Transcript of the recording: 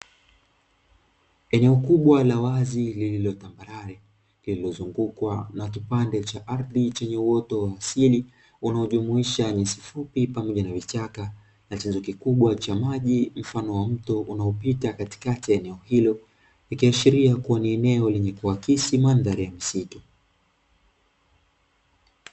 Eneo kubwa la wazi lililo tambarare, lililozungukwa na kipande cha ardhi chenye uoto wa asili; unaojumuisha nyasi fupi pamoja na vichaka na chanzo kikubwa cha maji mfano wa mto; unaopita katikati ya eneo hilo, ikiashiria kuwa ni eneo lenye kuaksi mandhari ya msitu.